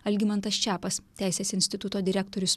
algimantas čepas teisės instituto direktorius